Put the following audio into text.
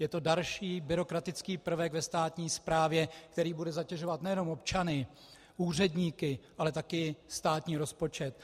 Je to další byrokratický prvek ve státní správě, který bude zatěžovat nejenom občany, úředníky, ale taky státní rozpočet.